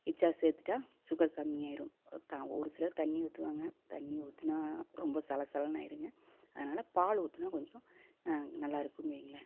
எச்சா சேர்த்துட்டா சுகர் கம்மியாயிடும் தான் ஒரு சிலர் தண்ணி ஊற்றுவாங்க தண்ணி ஊற்றினா ரொம்ப சல சலன்னு ஆயிடுங்க அதனால் பால் ஊற்றினா கொஞ்சம் நல்லா இருக்குதுன்னு வையுங்களேன்